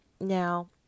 Now